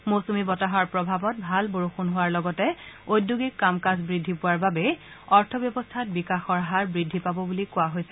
মৌচুমী বতাহৰ প্ৰভাৱত ভাল বৰষুণ হোৱাৰ লগতে ঔদ্যোগিক কাম কাজ বৃদ্ধি পোৱাৰ বাবেই অৰ্থ ব্যৱস্থাত বিকাশৰ হাৰ বৃদ্ধি পাব বুলি কোৱা হৈছে